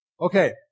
Okay